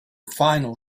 final